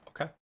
Okay